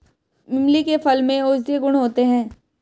इमली के फल में औषधीय गुण होता है